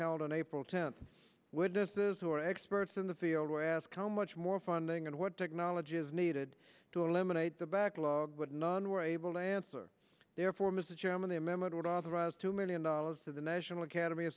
held on april tenth witnesses who are experts in the field were asked how much more funding and what technology is needed to eliminate the backlog but none were able to answer therefore mr chairman a memo would authorize two million dollars to the national academy of